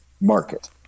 market